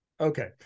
Okay